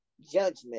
judgment